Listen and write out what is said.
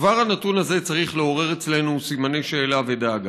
כבר הנתון הזה צריך לעורר אצלנו סימני שאלה ודאגה.